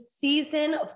season